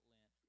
Lent